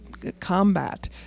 combat